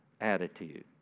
attitude